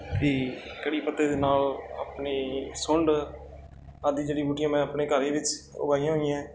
ਕਿ ਕੜ੍ਹੀ ਪੱਤੇ ਦੇ ਨਾਲ ਆਪਣੀ ਸੁੰਡ ਆਦਿ ਜੜੀ ਬੂਟੀਆਂ ਮੈਂ ਆਪਣੇ ਘਰ ਹੀ ਵਿੱਚ ਉਗਾਈਆਂ ਹੋਈਆਂ